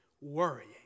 worrying